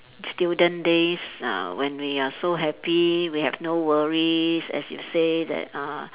student days uh when we are so happy we have no worries as you say that uh